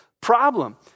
problem